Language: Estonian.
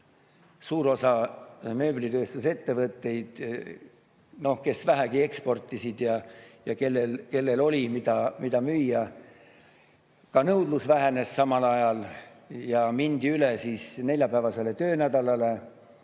suur osa mööblitööstusettevõtteid, kes vähegi eksportisid ja kellel oli, mida müüa, ka nõudlus vähenes samal ajal, läksid üle neljapäevasele töönädalale.